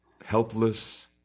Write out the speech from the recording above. Helpless